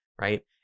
right